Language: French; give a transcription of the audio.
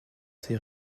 ces